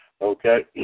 Okay